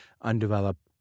undeveloped